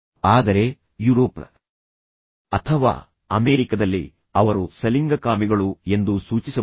ಆದರೆ ಯುರೋಪ್ ಅಥವಾ ಅಮೆರಿಕದಲ್ಲಿ ಅವರು ಸಲಿಂಗಕಾಮಿಗಳು ಎಂದು ಸೂಚಿಸಬಹುದು